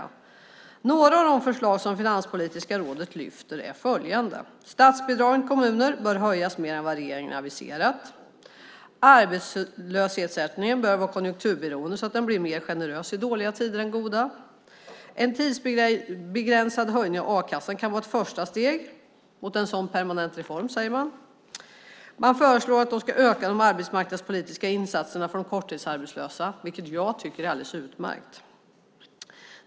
Jag ska ta upp några av de förslag som Finanspolitiska rådet lyfter fram. Man menar att statsbidragen till kommuner bör höjas mer än vad regeringen har aviserat och att arbetslöshetsersättningen bör vara konjunkturberoende, så att den blir mer generös i dåliga tider än i goda. En tidsbegränsad höjning av a-kassan kan vara ett första steg mot en sådan permanent reform, säger man. Man föreslår att de arbetsmarknadspolitiska insatserna för de korttidsarbetslösa ska ökas, vilket jag tycker är alldeles utmärkt.